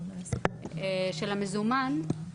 של המזומן,